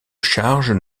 chargent